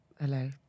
Hello